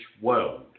world